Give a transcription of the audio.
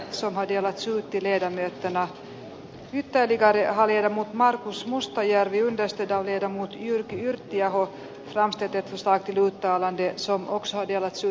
eduskunta edellyttää että hallitus teettää puolueettoman arvion ervvn evmn ja euroopan keskuspankin suomelle aiheuttamista maakohtaisista talousriskeistä ja taloudellisten sitoumusten kokonaisvaikutuksista